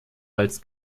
als